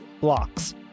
Blocks